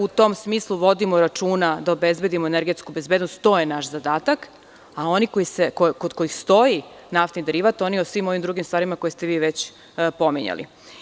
U tom smislu vodimo računa da obezbedimo energetsku bezbednost, to je naš zadatak, a oni kod kojih stoji naftni derivat, oni o svim ovim drugim stvarima koje ste vi već pominjali.